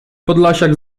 podlasiak